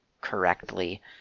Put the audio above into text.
correctly